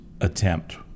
attempt